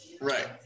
Right